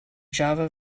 java